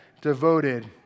devoted